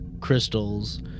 crystals